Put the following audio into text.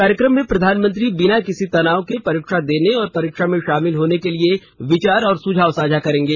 कार्यक्रम में प्रधानमंत्री बिना किसी तनाव के परीक्षा देने और परीक्षा में शामिल होने के लिए विचार और सुझाव साझा करेंगे